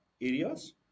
areas